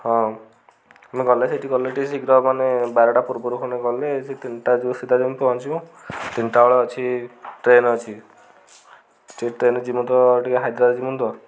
ହଁ ମୁଁ ଗଲେ ସେଇଠି ଗଲେ ଟିକେ ଶୀଘ୍ର ମାନେ ବାରଟା ପୂର୍ବରୁ ଖଣ୍ଡେ ଗଲେ ସେ ତିନିଟା ଯୋଗୁଁ ସିଧା ଯାଇ ପହଞ୍ଚିବୁ ତିନିଟା ବେଳେ ଅଛି ଟ୍ରେନ ଅଛି ଟିକେ ଟ୍ରେନ ଯିବୁ ତ ଟିକେ ହାଇଦ୍ରାବାଦ ଯିବୁ ତ